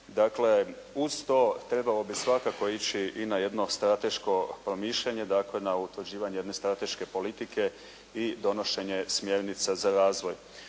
Dakle uz to trebalo bi svakako ići i na jedno strateško promišljanje. Dakle na utvrđivanje jedne strateške politike i donošenje smjernica za razvoj.